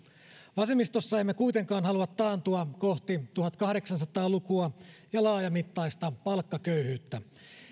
vasemmistossa emme kuitenkaan halua taantua kohti tuhatkahdeksansataa lukua ja laajamittaista palkkaköyhyyttä